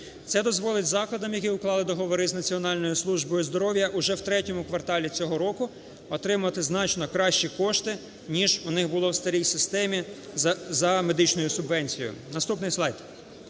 Це дозволить закладам, які уклали договори з Національною службою здоров'я, уже в третьому кварталі цього року отримати значно кращі кошти, ніж у них було в старій системі за медичною субвенцією. Наступний слайд.